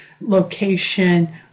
location